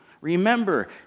remember